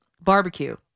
barbecue